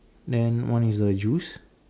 then one is a juice